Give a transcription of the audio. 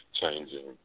changing